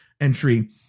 entry